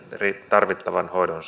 tarvittavan hoidon